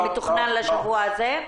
זה מתוכנן לשבוע הזה?